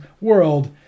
world